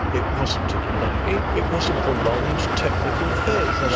and it wasn't a delay, it was a prolonged technical phase.